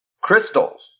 Crystals